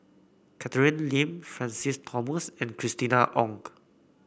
Catherine Lim Francis Thomas and Christina Ong